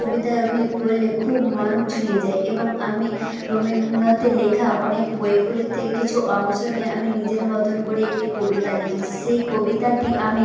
কবিতাগুলি পড়লে খুব মন ছুঁয়ে যায় এবং আমি রবীন্দ্রনাথের লেখা অনেক বইগুলি থেকে কিছু অংশ নিয়ে আমি নিজের মতন করে একটি কবিতা লিখেছি সেই কবিতাটি আমি